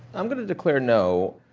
i'm going to declare, no.